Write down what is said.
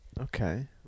Okay